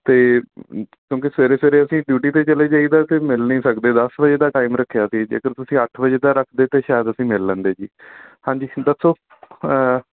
ਅਤੇ ਕਿਉਂਕਿ ਸਵੇਰੇ ਸਵੇਰੇ ਅਸੀਂ ਡਿਊਟੀ 'ਤੇ ਚਲੇ ਜਾਈਦਾ ਅਤੇ ਮਿਲ ਨਹੀਂ ਸਕਦੇ ਦਸ ਵਜੇ ਦਾ ਟਾਈਮ ਰੱਖਿਆ ਸੀ ਜੇਕਰ ਤੁਸੀਂ ਅੱਠ ਵਜੇ ਦਾ ਰੱਖਦੇ ਤਾਂ ਸ਼ਾਇਦ ਅਸੀਂ ਮਿਲ ਲੈਂਦੇ ਜੀ ਹਾਂਜੀ ਦੱਸੋ